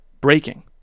breaking